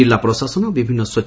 କିଲ୍ଲା ପ୍ରଶାସନ ଓ ବିଭିନ୍ନ ସ୍ୱେଇ